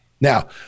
Now